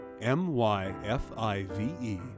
M-Y-F-I-V-E